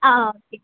ஆ okay